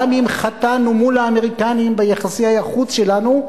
גם אם חטאנו מול האמריקנים ביחסי החוץ שלנו,